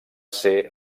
ser